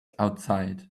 outside